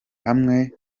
hamwe